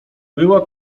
była